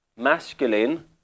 Masculine